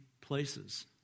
places